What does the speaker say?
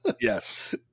Yes